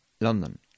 London